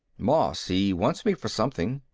moss. he wants me for something.